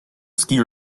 ski